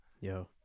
yo